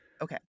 Okay